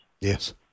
Yes